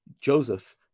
Joseph